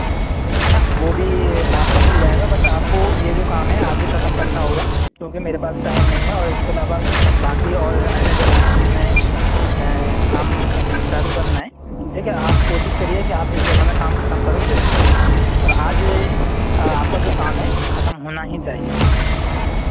है ना वह भी आपको मिल जाएगा बट आपको यह जो काम है आज ही ख़त्म करना होगा क्योंकि मेरे पास टाइम नहीं है और इसके अलावा बाकी और अन्य जगह हैं जिसमें काम चालू करना है ठीक है आप कोशिश करिए कि आप इस् जगज में काम ख़त्म करो जल्द और आज आपका जो काम है ख़त्म होना ही चाहिए